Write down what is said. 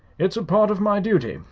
it's a part of my duty,